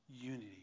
unity